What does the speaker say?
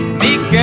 meek